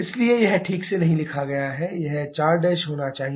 इसलिए यह ठीक से नहीं लिखा गया है यह 4' होना चाहिए